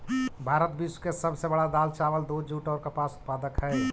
भारत विश्व के सब से बड़ा दाल, चावल, दूध, जुट और कपास उत्पादक हई